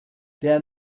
der